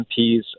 MPs